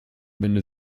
bände